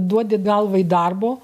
duodi galvai darbo